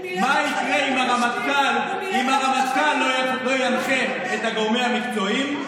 הרמטכ"ל לא ינחה את הגורמים המקצועיים,